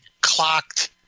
clocked